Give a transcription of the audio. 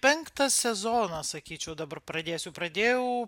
penktas sezonas sakyčiau dabar pradėsiu pradėjau